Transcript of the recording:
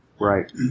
Right